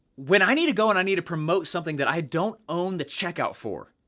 when i need to go and i need to promote something that i don't own the checkout for,